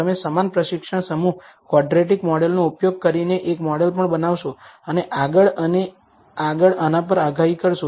તમે સમાન પ્રશિક્ષણ સમૂહ ક્વોડ્રેટિક મોડેલનો ઉપયોગ કરીને એક મોડેલ પણ બનાવશો અને આગળ અને આગળ આના પર આગાહી કરો